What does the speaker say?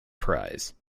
prize